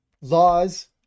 Laws